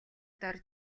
дор